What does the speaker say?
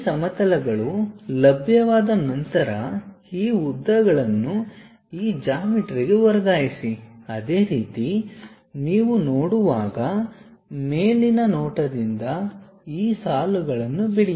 ಈ ಸಮತಲಗಳು ಲಭ್ಯವಾದ ನಂತರ ಈ ಉದ್ದಗಳನ್ನು ಈ ಜಾಮಿಟ್ರಿ ಗೆ ವರ್ಗಾಯಿಸಿ ಅದೇ ರೀತಿ ನೀವು ನೋಡುವಾಗ ಮೇಲಿನ ನೋಟದಿಂದ ಈ ಸಾಲುಗಳನ್ನು ಬಿಡಿ